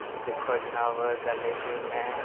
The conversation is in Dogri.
दिक्खो जनाब गल्ल एह् के में